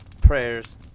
prayers